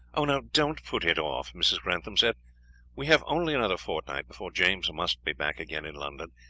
oh, no don't put it off, mrs. grantham said we have only another fortnight before james must be back again in london,